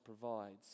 provides